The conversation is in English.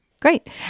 Great